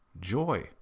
joy